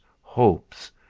hopes